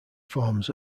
forms